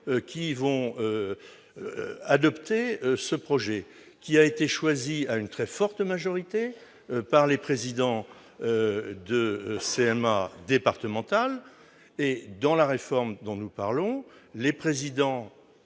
qui vont adopter ce modèle, choisi à une très forte majorité par les présidents de CMA départementales. Dans la réforme dont nous parlons, les présidents